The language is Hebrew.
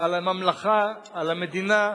על הממלכה, על המדינה,